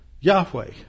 Yahweh